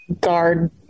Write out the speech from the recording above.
guard